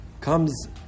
comes